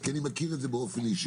כי אני מכיר את זה באופן אישי.